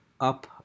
up